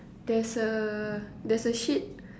there's a there's a sheet